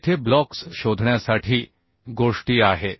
येथे ब्लॉक्स शोधण्यासाठी गोष्टी आहेत